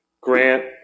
Grant